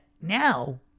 now